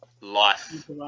Life